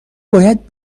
باید